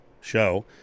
show